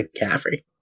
McCaffrey